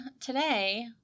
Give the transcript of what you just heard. today